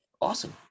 awesome